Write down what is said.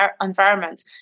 environment